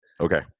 Okay